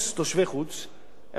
הם לא חייבים לשלם מע"מ למדינה.